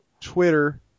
Twitter